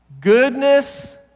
Goodness